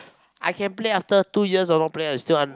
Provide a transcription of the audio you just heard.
I can play after two years of not playing you still un~